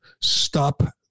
stop